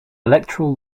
electoral